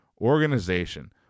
organization